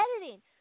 editing